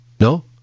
No